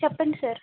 చెప్పండి సార్